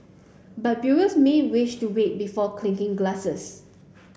but brewers may wish to wait before clinking glasses